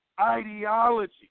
ideology